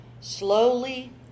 Slowly